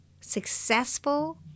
successful